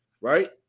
right